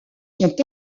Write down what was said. sont